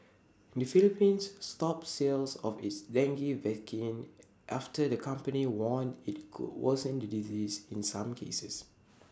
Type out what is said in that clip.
the Philippines stopped sales of its dengue vaccine after the company warned IT could worsen the disease in some cases